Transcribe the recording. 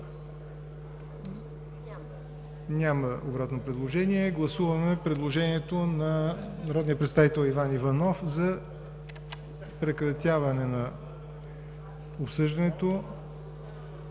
Няма обратно предложение. Гласуваме предложението на народния представител Иван Иванов за прекратяване на обсъждането,